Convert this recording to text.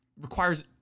requires